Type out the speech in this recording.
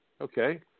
okay